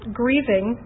grieving